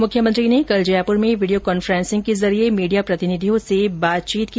मुख्यमंत्री ने कल जयपुर में वीडियो कांफेंसिंग के जरिए मीडिया प्रतिनिधियों से बातचीत की